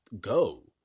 go